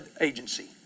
Agency